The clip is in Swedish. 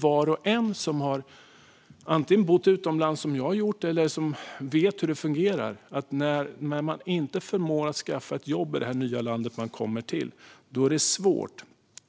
Var och en som antingen har bott utomlands, som jag har gjort, eller vet hur det fungerar förstår att när man inte förmår att skaffa ett jobb i det nya land man kommer till är det svårt